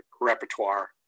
repertoire